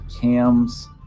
Cam's